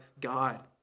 God